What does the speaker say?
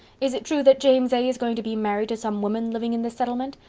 is it true that james a. is going to be married to some woman living in this settlement?